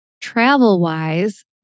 Travel-wise